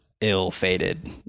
ill-fated